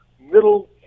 middle